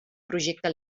projecte